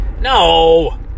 No